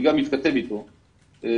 אני גם מתכתב אתו,